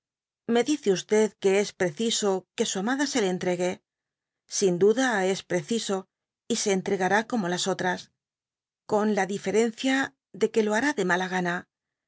me dice que es preciso que su amada se le enía egue sin duda es preciso y se entregará como las otras con dby google k diferencia de que lo hará de mala gana